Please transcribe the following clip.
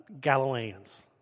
Galileans